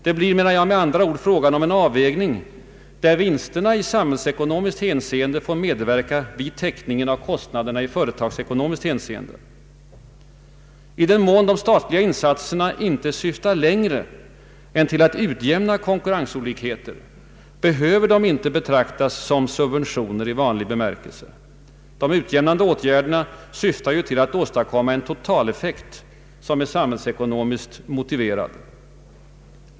Det blir med andra ord fråga om en avvägning där vinsterna i samhällsekonomiskt hänseende får medverka vid täckningen av kostnaderna i företagsekonomiskt hänseende. I den mån de statliga insatserna inte syftar längre än till att utjämna konkurrensolikheter behöver de inte betraktas som subventioner i vanlig mening. De utjämnande åtgärderna syftar ju till att åstadkomma en totaleffekt som är samhällsekonomiskt motiverad.